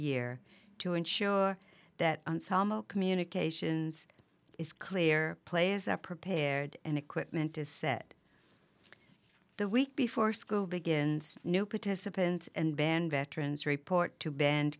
year to ensure that ensemble communications is clear players are prepared and equipment to set the week before school begins new participants and band veterans report to band